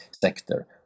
sector